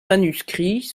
manuscrits